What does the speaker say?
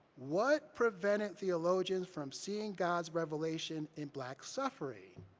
what prevented theologians from seeing god's revelation in black suffering?